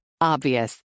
Obvious